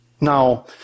Now